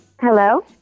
Hello